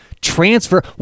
transfer